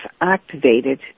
activated